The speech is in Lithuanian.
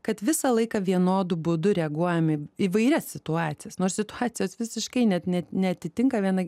kad visą laiką vienodu būdu reaguojam į įvairias situacijas nors situacijos visiškai net ne neatitinka viena